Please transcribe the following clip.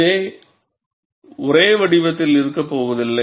இது ஒரே வடிவத்தில் இருக்கப்போவதில்லை